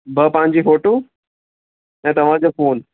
ॿ पंहिंजी फ़ोटू ऐं तव्हांजो फ़ोन